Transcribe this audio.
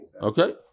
Okay